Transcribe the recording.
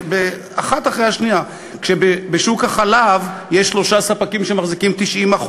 אחת אחרי השנייה: בשוק החלב יש שלושה ספקים שמחזיקים 90%,